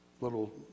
little